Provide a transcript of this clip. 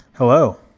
hello.